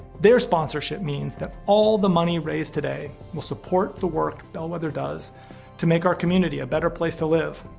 their sponsorship means that all the money raised today will support the work bellwether does to make our community a better place to live.